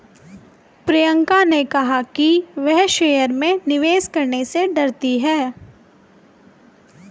प्रियंका ने कहा कि वह शेयर में निवेश करने से डरती है